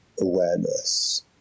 awareness